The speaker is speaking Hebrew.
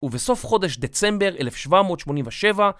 ובסוף חודש דצמבר 1787